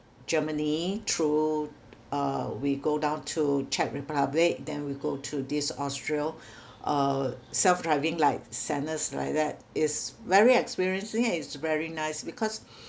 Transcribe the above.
Germany through uh we go down to Czech Republic then we go to this Austria uh self driving like like that it's very experiencing and it's very nice because